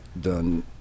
done